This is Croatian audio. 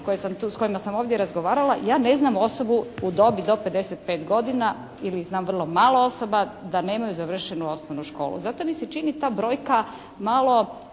s kojima sam ovdje razgovarala, ja ne znam osobu u dobi do 55 godina ili znam vrlo malo osoba da nemaju završenu osnovnu školu zato mi se čini ta brojka malo